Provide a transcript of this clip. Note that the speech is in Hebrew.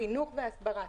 חינוך והסברה,